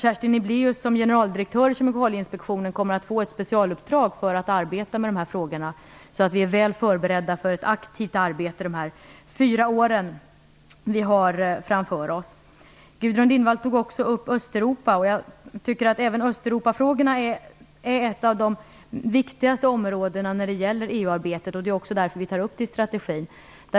Kerstin Niblaeus, som är generaldirektör för Kemikalieinspektionen, kommer att få ett specialuppdrag att arbeta med de här frågorna, så att vi är väl förberedda för ett aktivt arbete under de fyra år vi har framför oss. Gudrun Lindvall tog också upp Östeuropa. Jag menar att även Östeuropafrågorna hör till de viktigaste inom EU-arbetet, och det är också därför vi tar upp dem i strategin.